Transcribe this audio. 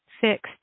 fixed